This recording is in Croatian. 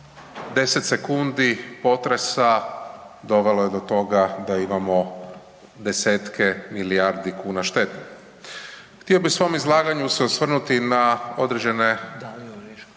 10 sekundi potresa dovelo je do toga da imamo 10-tke milijardi kuna štetu. Htio bih u svom izlaganju se osvrnuti na određene kritike koje